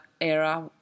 era